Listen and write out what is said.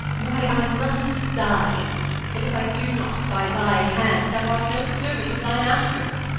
why, i must die and if i do not by thy hand, thou art no servant of thy master's.